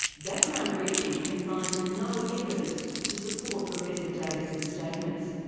background briefing can find no evidence to support professor davis' statements.